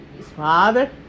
Father